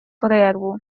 перерву